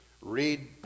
Read